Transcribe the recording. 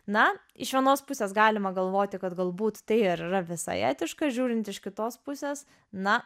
na iš vienos pusės galima galvoti kad galbūt tai ir yra visai etiška žiūrint iš kitos pusės na